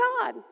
God